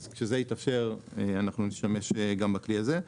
אז כשזה יתאפשר אנחנו נשתמש גם בכלי הזה.